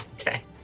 okay